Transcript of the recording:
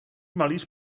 malíř